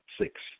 six